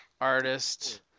artist